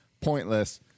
pointless